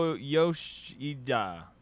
Yoshida